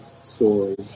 story